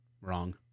wrong